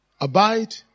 abide